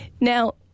Now